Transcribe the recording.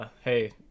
Hey